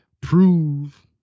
prove